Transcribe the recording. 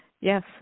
Yes